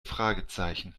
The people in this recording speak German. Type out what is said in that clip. fragezeichen